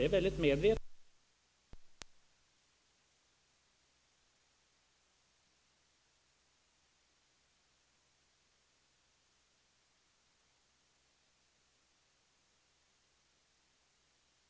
Då är min fråga: Varför kan inte regeringen lyssna på de argument som talar för att en ökad grad av flexibla lösningar skulle kunna leda till en reellt sett förbättrad jämställdhet?